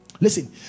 Listen